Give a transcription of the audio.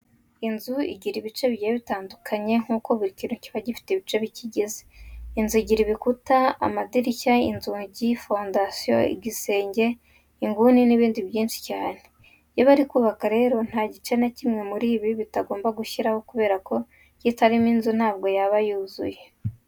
Inzu igirwa n'ibice bigiye bitandukanye nkuko buri kintu kiba gifite ibice bikigize. Inzu igira ibikuta, amadirishya, inzugi, fondasiyo, igisenge, inguni n'ibindi byinshi cyane. Iyo bari kubaka rero nta gice na kimwe muri ibi batagomba gushyiramo kubera ko kitarimo inzu ntabwo yaba yuzuye.